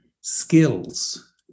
skills